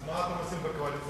אז מה אתם עושים בקואליציה?